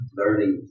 learning